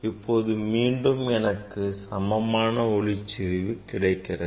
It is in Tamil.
இப்போது மீண்டும் எனக்கு சமமான ஒளிச்செறிவு கிடைக்கிறது